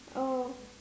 oh